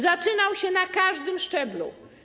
Zaczynał się na każdym szczeblu.